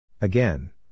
Again